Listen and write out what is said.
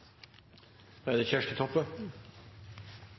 Da er det